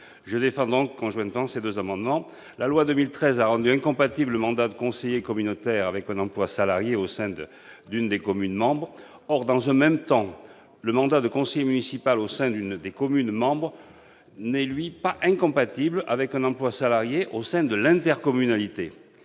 des conseillers départementaux a rendu incompatible le mandat de conseiller communautaire avec un emploi salarié au sein d'une des communes membres. Or le mandat de conseiller municipal au sein d'une des communes membres n'est, lui, pas incompatible avec un emploi salarié au sein de l'intercommunalité.